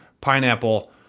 pineapple